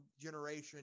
generation